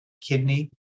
kidney